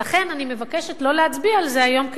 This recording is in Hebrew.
לכן אני מבקשת לא להצביע על זה היום,